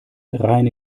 reine